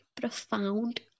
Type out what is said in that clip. profound